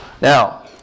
Now